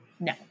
No